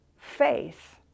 faith